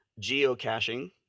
Geocaching